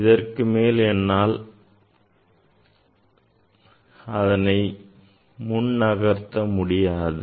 ஆனால் இதற்கு மேல் என்னால் தான் தங்களை முன் நகர்த்த முடியாது